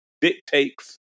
dictates